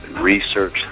research